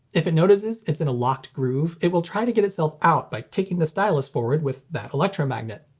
if it notices it's in a locked groove, it will try to get itself out by kicking the stylus forward with that electromagnet.